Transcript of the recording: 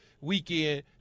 weekend